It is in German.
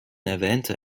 erwähnte